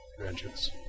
vengeance